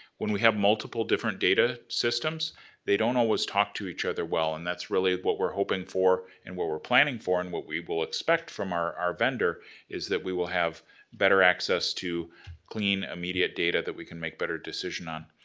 when we have multiple different data systems they don't always talk to each other well, and that's really what we're hoping for and what we're planning for. and what we will expect from our our vendor is that we will have better access to clean immediate data that we can make better decision on.